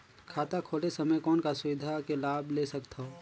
खाता खोले समय कौन का सुविधा के लाभ ले सकथव?